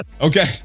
Okay